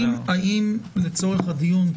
האם לצורך הדיון,